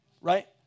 right